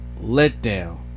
letdown